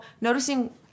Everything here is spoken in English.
noticing